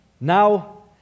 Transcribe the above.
Now